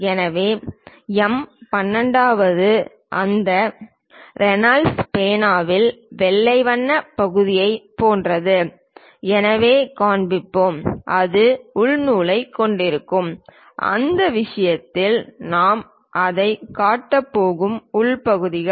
எனவே எம் 12 அது அந்த ரெனால்ட்ஸ் பேனாவின் வெள்ளை வண்ணப் பகுதியைப் போன்றது என்பதைக் காண்பிப்போம் அது உள் நூலைக் கொண்டுள்ளது அந்த விஷயத்தில் நாம் அதைக் காட்டப் போகும் உள் பகுதிகள்